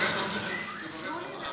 תברך אותו.